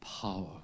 power